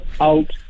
out